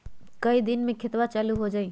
कई दिन मे खतबा चालु हो जाई?